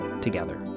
together